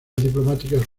diplomáticas